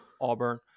Auburn